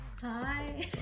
Hi